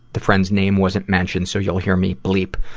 the friend's name wasn't mentioned so you'll hear me bleep,